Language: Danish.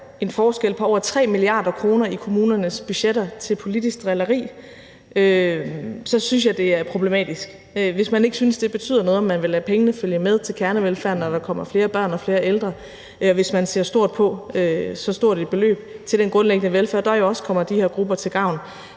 en forskel på over 3 mia. kr. i kommunernes budgetter til politisk drilleri, synes jeg, det er problematisk. Hvis man ikke synes, det betyder noget, om man vil lade pengene følge med til kernevelfærden, når der kommer flere børn og flere ældre, og hvis man ser stort på så stort et beløb til den grundlæggende velfærd, der jo også kommer de her grupper til gavn,